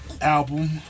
album